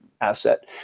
asset